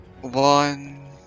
One